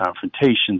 confrontations